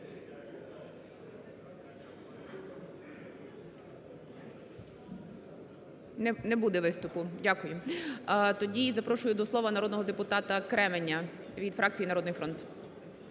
Не буде виступу. Дякую. Тоді запрошую до слова народного депутата Креміня від фракції "Народний фронт".